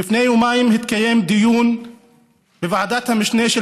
לפני יומיים התקיים דיון בוועדת המשנה של